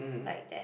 like that